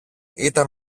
ήταν